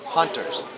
hunters